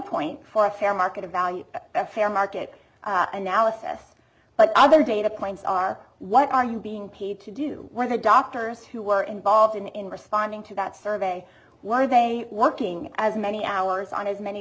point for fair market value of a fair market analysis but other data points are what are you being paid to do where the doctors who were involved in responding to that survey what are they working as many hours on as many